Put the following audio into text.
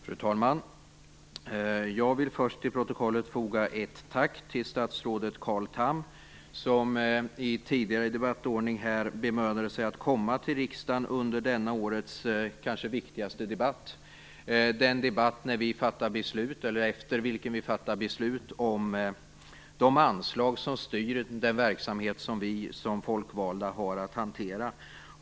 Fru talman! Jag vill först till protokollet foga ett tack till statsrådet Carl Tham, som i den tidigare debatten bemödade sig att komma till riksdagen under denna årets kanske viktigaste debatt - den debatt efter vilken vi fattar beslut om de anslag som styr den verksamhet som vi som folkvalda har att hantera.